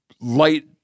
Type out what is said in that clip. Light